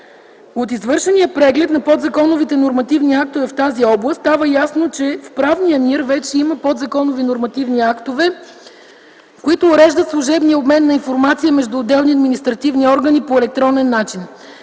От извършения преглед на подзаконовите нормативни актове в тази област става ясно, че в правния мир вече има подзаконови нормативни актове, които уреждат служебния обмен на информация между отделни административни органи по електронен начин.